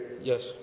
yes